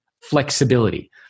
flexibility